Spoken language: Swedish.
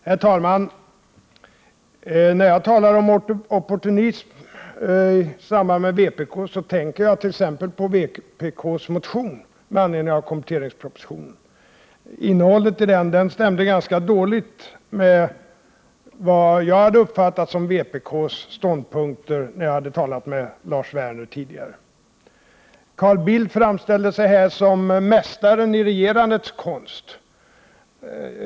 Herr talman! När jag talar om opportunism i samband med vpk tänker jag t.ex. på vpk:s motion med anledning av kompletteringspropositionen. Innehållet i den stämmer ganska dåligt med vad jag hade uppfattat som vpk:s ståndpunkter när jag tidigare talade med Lars Werner. Carl Bildt framställde sig här som mästaren i regerandets konst.